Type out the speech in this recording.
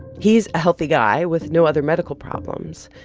he's a healthy guy with no other medical problems.